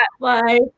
Bye